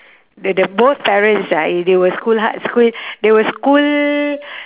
the the both parents ah it they were school heart school they were school